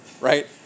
right